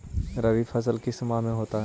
रवि फसल किस माह में होता है?